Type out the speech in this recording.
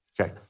okay